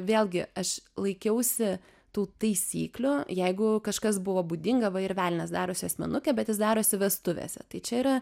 vėlgi aš laikiausi tų taisyklių jeigu kažkas buvo būdinga va ir velnias darosi asmenukę bet jis darosi vestuvėse tai čia yra